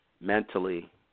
mentally